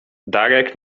darek